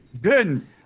Good